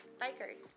bikers